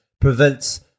prevents